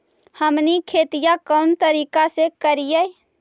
हमनी खेतीया कोन तरीका से करीय?